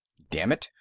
dammit,